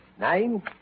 nine